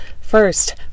First